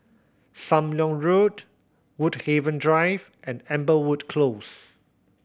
Sam Leong Road Woodhaven Drive and Amberwood Close